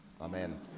Amen